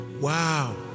Wow